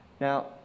Now